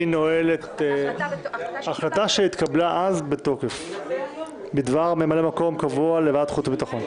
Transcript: לפיכך ההחלטה שהתקבלה אז בדבר ממלא-מקום קבוע לוועדת החוץ והביטחון,